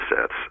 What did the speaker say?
sets